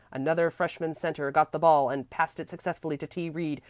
another freshman centre got the ball and passed it successfully to t. reed,